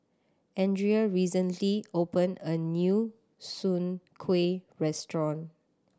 Andrea recently opened a new Soon Kueh restaurant